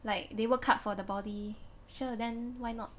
like they work hard for the body sure then why not